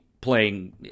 playing